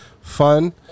fun